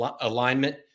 alignment